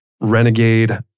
renegade